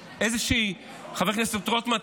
חבר כנסת רוטמן,